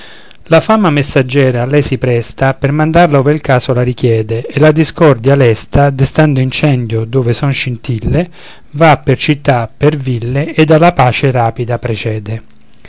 la fama messaggiera a lei si presta per mandarla ove il caso la richiede e la discordia lesta destando incendio dove son scintille va per città per ville ed alla pace rapida precede